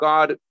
God